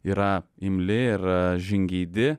yra imli ir žingeidi